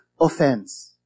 offense